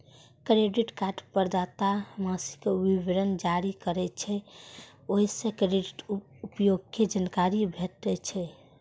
credit card प्रदाता मासिक विवरण जारी करै छै, ओइ सं क्रेडिट उपयोग के जानकारी भेटै छै